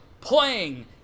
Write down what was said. Playing